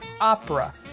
opera